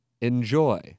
Enjoy